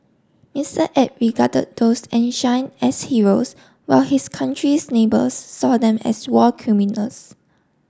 Mister Abe regarded those enshrine as heroes while his country's neighbors saw them as war criminals